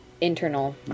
internal